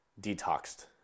detoxed